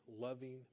loving